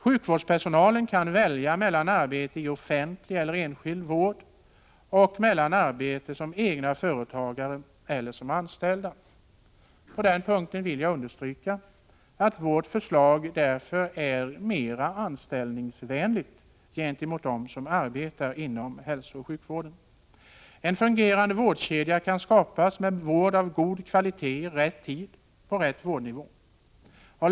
Sjukvårdspersonal kan välja mellan arbete i offentlig och arbete i enskild vård och mellan att arbeta som egen företagare eller som anställd. På den punkten vill jag understryka att vårt förslag därför är mera anställningsvänligt gentemot dem som arbetar inom hälsooch sjukvården. En fungerande vårdkedja kan skapas med vård av god kvalitet i rätt tid och på rätt nivå.